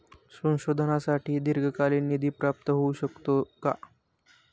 संशोधनासाठी दीर्घकालीन निधी प्राप्त होऊ शकतो का?